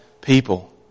people